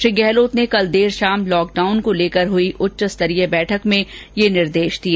श्री गहलोत ने कल देर शाम लॉकडाउन को लेकर हुई उच्च स्तरीय बैठक में ये निर्देश दिए